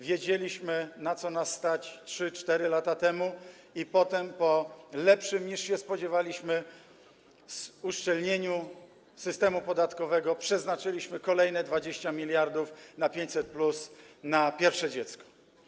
Wiedzieliśmy, na co nas, stać 3–4 lata temu, a potem po lepszym, niż się spodziewaliśmy, uszczelnieniu systemu podatkowego przeznaczyliśmy kolejne 20 mld na 500+ na pierwsze dziecko.